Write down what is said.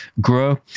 grow